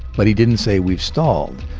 but he didn't say we've stalled.